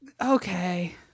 okay